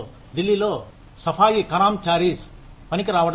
ఢిల్లీలో సఫాయి కరామ్ చారీస్ క్లీనింగ్ స్టాప్ పనికి రావడం లేదు